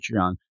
Patreon